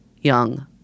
young